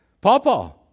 Papa